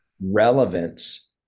relevance